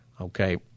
Okay